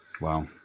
wow